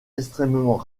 extrêmement